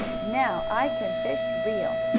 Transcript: now i can fish real,